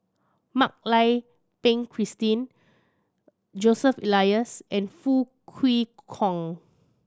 Mak Lai Peng Christine Joseph Elias and Foo Kwee Horng